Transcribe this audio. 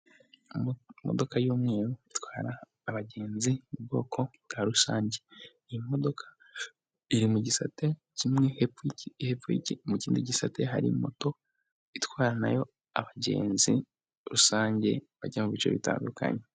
Imodoka y'umweru itwara abagenzi mu bwoko bwa rusange, iyi modoka iri mu gisate kimwe, hepfo mu kindi gisate hari moto itwara nayo abagenzi rusange bajya mu bice bitandukanye.